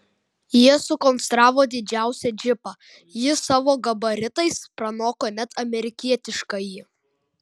jie sukonstravo didžiausią džipą jis savo gabaritais pranoko net amerikietiškąjį